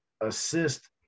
assist